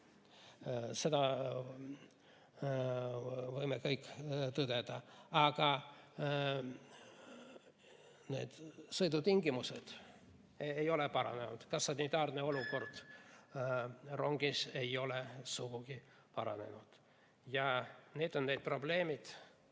Seda võime kõik tõdeda, aga sõidutingimused ei ole paranenud, ka sanitaarne olukord rongis ei ole sugugi paranenud. Need on need probleemid,